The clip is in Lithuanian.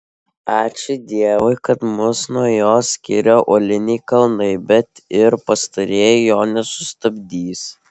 ačiū dievui kad mus nuo jo skiria uoliniai kalnai bet ir pastarieji jo nesustabdys